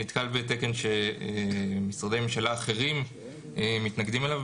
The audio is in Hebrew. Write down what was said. נתקל בתקן שמשרדי ממשלה אחרים מתנגדים אליו.